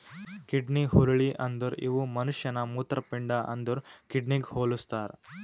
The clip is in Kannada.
ಕಿಡ್ನಿ ಹುರುಳಿ ಅಂದುರ್ ಇವು ಮನುಷ್ಯನ ಮೂತ್ರಪಿಂಡ ಅಂದುರ್ ಕಿಡ್ನಿಗ್ ಹೊಲುಸ್ತಾರ್